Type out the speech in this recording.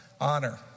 Honor